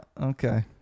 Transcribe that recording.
okay